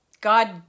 God